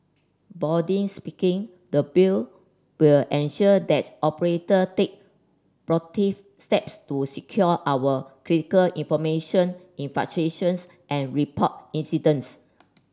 boarding speaking the Bill will ensure that operator take proactive steps to secure our critical information and report incidents